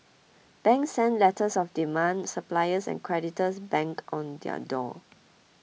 banks sent letters of demand suppliers and creditors banged on their door